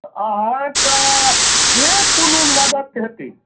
तऽ अहाँके जे कोनो मदति हेतै